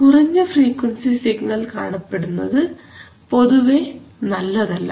കുറഞ്ഞ frequency signal കാണപ്പെടുന്നത് പൊതുവേ നല്ലതല്ല